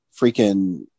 freaking